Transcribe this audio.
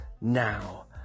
now